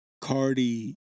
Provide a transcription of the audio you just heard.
Cardi